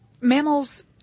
mammals